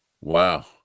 Wow